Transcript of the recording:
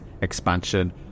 expansion